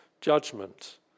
judgment